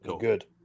Good